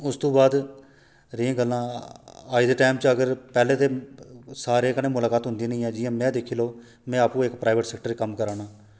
उस तों बाद रेहियां गल्लां अज्ज दे टैम च अगर पैह्लें ते सारें दे कन्नै मुलाकात ते होंदी नेईं ऐं जि'यां में दिक्खी लो में आपूं इक प्राइवेट सैक्टर च कम्म करै ना